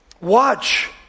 Watch